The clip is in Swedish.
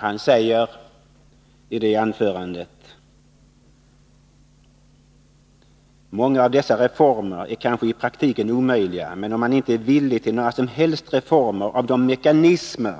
Denne sade i sitt anförande: Många av dessa reformer är kanske i praktiken omöjliga, men om man inte är villig till några som helst reformer av de mekanismer